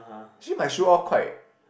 actually my shoe all quite